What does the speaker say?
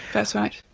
that's right.